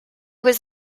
was